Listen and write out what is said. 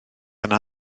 yna